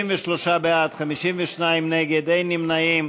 63 בעד, 52 נגד, אין נמנעים.